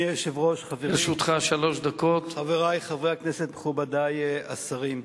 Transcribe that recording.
אדוני היושב-ראש, חברי חברי הכנסת, מכובדי השרים,